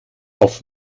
auf